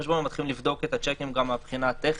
לחשבון והם מתחילים לבדוק את השיקים גם מהבחינה הטכנית.